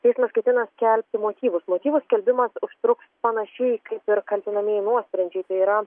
teismas ketina skelbti motyvus motyvų skelbimas užtruks panašiai kaip ir kaltinamieji nuosprendžiai tai yra